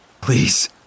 Please